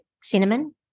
cinnamon